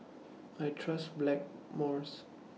I Trust Blackmores